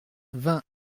vingt